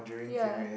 ya